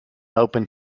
opened